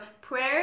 prayer